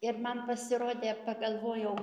ir man pasirodė pagalvojau